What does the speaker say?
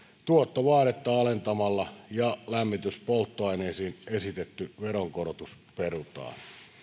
tuottovaadetta alentamalla ja lämmityspolttoaineisiin esitetty veronkorotus perutaan